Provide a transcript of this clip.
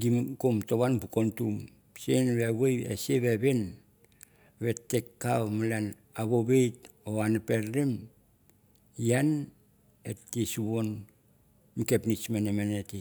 gi tem mato en bu kontum. Ase wavine wit te kau malan a vuwit or naperim tang te sunwang mi kapnitch te.